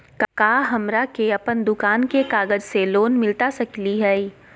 का हमरा के अपन दुकान के कागज से लोन मिलता सकली हई?